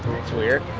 that's weird.